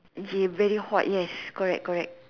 they very hot yes correct correct